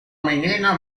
menina